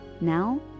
Now